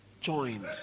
Joined